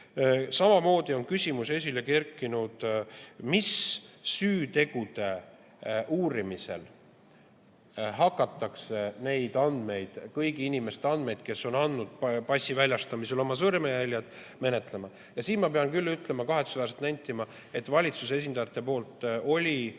Samamoodi on esile kerkinud küsimus, mis süütegude uurimisel hakatakse neid andmeid, kõigi inimeste andmeid, kes on andnud passi väljastamisel oma sõrmejäljed, menetlema. Siin ma pean küll kahetsusväärselt nentima, et valitsuse esindajad andsid